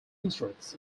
interests